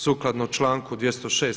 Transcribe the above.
Sukladno članku 206.